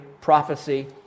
prophecy